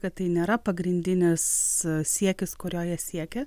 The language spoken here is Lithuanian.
kad tai nėra pagrindinis siekis kurio jie siekia